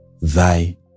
thy